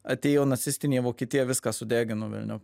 atėjo nacistinė vokietija viską sudegino velniop